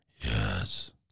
Yes